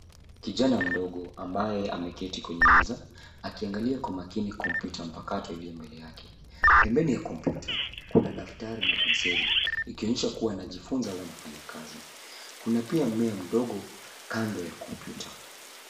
Kijana mdogo ambaye ameketi kwenye meza akiangalia kwa makini kompyuta mpakato iliyo mbele yake. Pembeni ya kumpyuta kuna daftari na penseli ikionyesha kuwa anajifunza au anafanya kazi. Kuna pia mmea mdogo kando ya kompyuta.